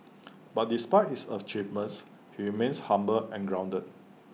but despite his achievements he remains humble and grounded